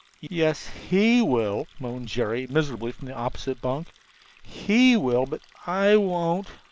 yes, he will, moaned jerry, miserably, from the opposite bunk he will, but i won't.